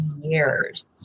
years